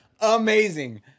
Amazing